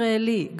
ישראלי,